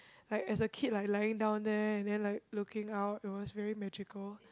like as a kid like lying down there and then like looking out it was very magical